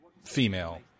female